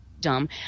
dumb